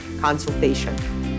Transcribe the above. consultation